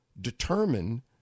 determine